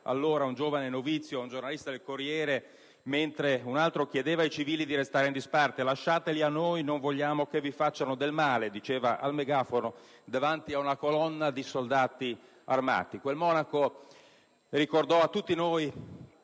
allora un giovane novizio ad un giornalista del "Corriere della sera", nel settembre 2007, mentre un altro chiedeva ai civili di restare in disparte: «Lasciateli a noi, non vogliamo che vi facciano del male», diceva al megafono davanti ad una colonna di soldati armati. Quel monaco ricordò a tutti noi